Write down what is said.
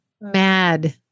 mad